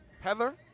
Heather